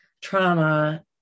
trauma